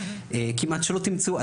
כמעט שלא תמצאו,